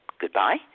goodbye